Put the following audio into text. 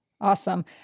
Awesome